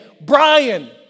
Brian